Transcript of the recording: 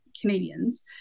Canadians